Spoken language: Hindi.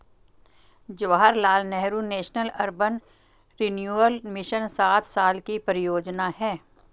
Jawaharlal Nehru national urban renewal mission सात साल की परियोजना है